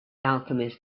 alchemist